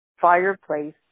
fireplace